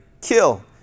kill